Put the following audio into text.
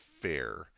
fair